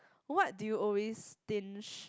what do you always stinge